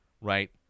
right